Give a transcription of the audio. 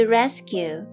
rescue